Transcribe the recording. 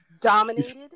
Dominated